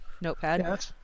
Notepad